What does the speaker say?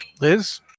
Liz